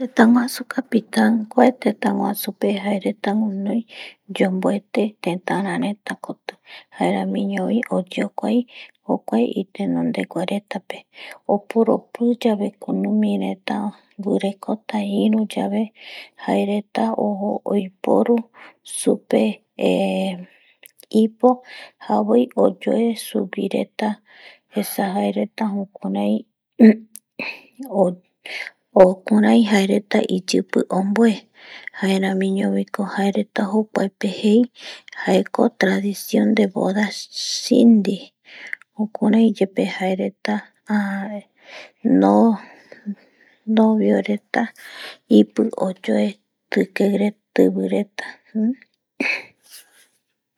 Teta guasu pakistan kuae teta guasu pe jae reta guinoi yomboete tetara reta koti jaeramiñovi oyokuai jokuae itenondegua reta pe oporopi yave kuña reta guirekota yae yabe jae reta oiporu supe ipo javoi oyue sugui reta esa jae reta jukurai iyipi oporonbue jaeramiñoviko jae reta jei jaeko tradición menda pegua desindi jukurai yepe jae reta novio reta ipi oyue tikei reta